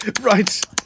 Right